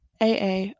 AA